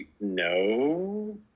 no